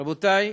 רבותי,